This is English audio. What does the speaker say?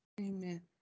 Amen